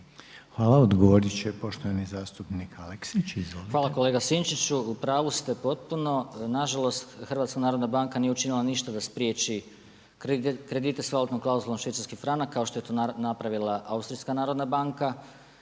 **Aleksić, Goran (SNAGA)** Hvala kolega Sinčiću. U pravu ste potpuno, nažalost HNB nije učinila ništa da spriječi kredite s valutnom klauzulom švicarski franak kao što je to napravila Austrijska narodna banka.